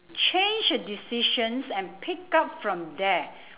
change a decisions and pick up from there